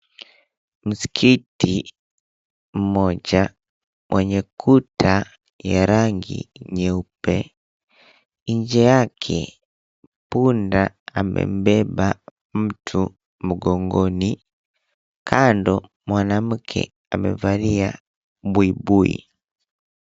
Msikiti mmoja, wenye kuta ya rangi nyeupe. Nje yake, punda amembeba mtu mgongoni. Kando, mwanamke amevalia buibui.